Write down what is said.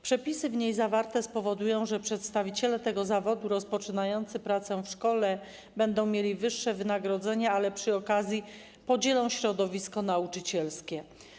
Przepisy w niej zawarte spowodują, że przedstawiciele tego zawodu rozpoczynający pracę w szkole będą mieli wyższe wynagrodzenia, ale przy okazji podzielą środowisko nauczycielskie.